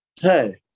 Hey